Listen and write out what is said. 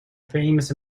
famous